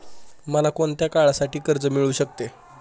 मला कोणत्या काळासाठी कर्ज मिळू शकते?